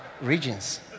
regions